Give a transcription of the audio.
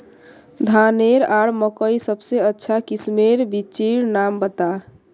धानेर आर मकई सबसे अच्छा किस्मेर बिच्चिर नाम बता?